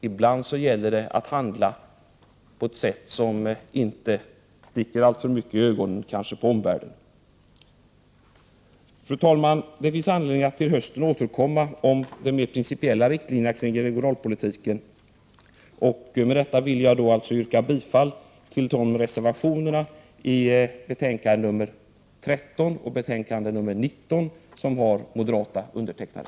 Ibland gäller det att handla på ett sätt som inte sticker alltför mycket i ögonen på omvärlden. Fru talman! Det finns anledning att till hösten återkomma om de mer principiella riktlinjerna kring regionalpolitiken. Med detta vill jag yrka bifall till de reservationer i betänkandena nr 13 och nr 19 som har moderata undertecknare.